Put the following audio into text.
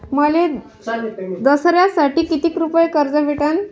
मले दसऱ्यासाठी कितीक रुपये कर्ज भेटन?